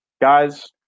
guys